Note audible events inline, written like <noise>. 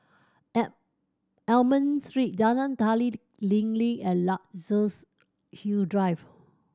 <unintelligible> Almond Street Jalan Tari Lilin and Luxus Hill Drive